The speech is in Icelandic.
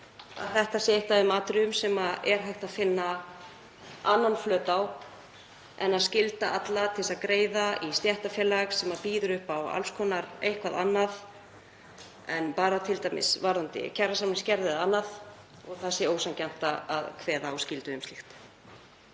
þetta sé eitt af þeim atriðum sem hægt er að finna annan flöt á en að skylda alla til að greiða í stéttarfélag sem býður upp á alls konar eitthvað annað en bara t.d. varðandi kjarasamningsgerð eða annað og það sé ósanngjarnt að kveða á um skyldu um slíkt.